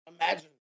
imagine